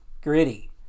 gritty